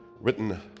written